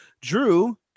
Drew